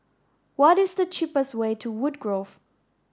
what is the cheapest way to Woodgrove